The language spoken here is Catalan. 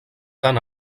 tant